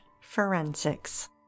forensics